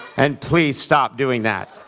and, please, stop doing that.